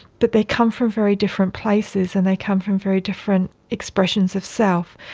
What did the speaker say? but they come from very different places and they come from very different expressions of self.